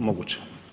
moguće.